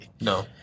No